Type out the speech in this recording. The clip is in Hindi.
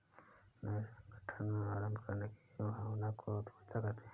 नये संगठन आरम्भ करने की भावना को उद्यमिता कहते है